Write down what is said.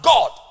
God